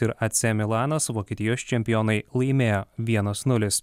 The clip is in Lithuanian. ir ac milanas vokietijos čempionai laimėjo vienas nulis